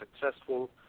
successful